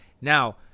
Now